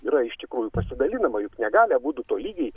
yra iš tikrųjų pasidalinama juk negali abudu tolygiai